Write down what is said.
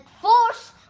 force